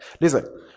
Listen